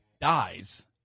dies